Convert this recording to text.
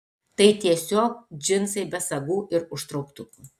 tai tiesiog džinsai be sagų ir užtrauktukų